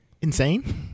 insane